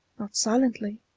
not silently,